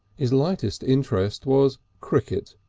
his lightest interest was cricket,